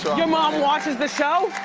your mom watches the show?